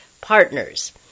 partners